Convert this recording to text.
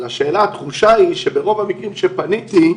התחושה היא שברוב המקרים שפניתי,